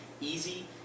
easy